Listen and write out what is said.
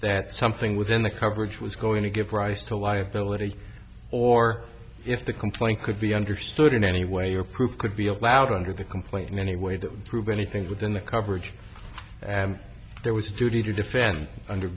that something within the coverage was going to give rise to liability or if the complaint could be understood in any way or proved could be allowed under the complaint in any way that would prove anything within the coverage and there was a duty to defend under